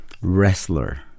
wrestler